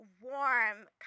warm